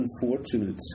unfortunate